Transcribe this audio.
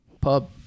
pub